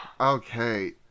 okay